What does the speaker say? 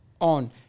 on